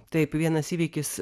taip vienas įvykis